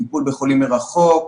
טיפול בחולים מרחוק,